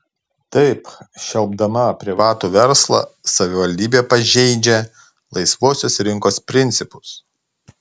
taip šelpdama privatų verslą savivaldybė pažeidžia laisvosios rinkos principus